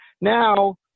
Now